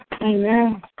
Amen